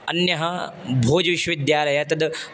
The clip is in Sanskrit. अन्यः भोज् विश्वविद्यालयः तद्